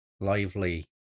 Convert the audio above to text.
lively